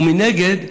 ומנגד,